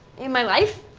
in my life?